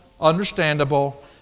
understandable